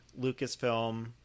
Lucasfilm